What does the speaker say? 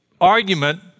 argument